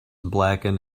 blackened